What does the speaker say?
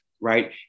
right